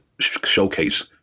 showcase